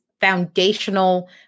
foundational